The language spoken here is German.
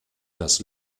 das